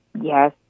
Yes